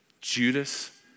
Judas